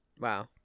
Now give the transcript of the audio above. Wow